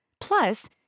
Plus